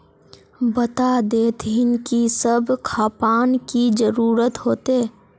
बता देतहिन की सब खापान की जरूरत होते?